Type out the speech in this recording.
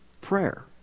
prayer